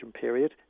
period